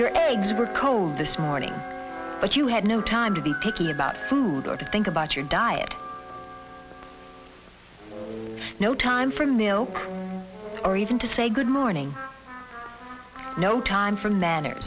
your eggs were cold this morning but you had no time to be picky about food or to think about your diet no time for milk or even to say good morning no time for m